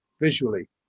visually